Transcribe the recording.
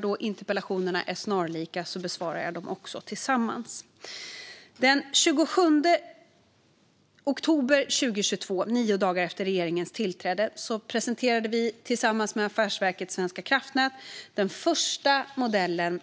Då interpellationerna är snarlika besvarar jag dem tillsammans. Den 27 oktober 2022 - nio dagar efter regeringens tillträde - presenterade vi tillsammans med Affärsverket svenska kraftnät den första modellen